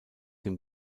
dem